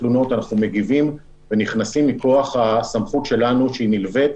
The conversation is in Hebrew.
התלונות אנחנו מגיבים ונכנסים מכוח הסמכות שלנו שהיא נלווית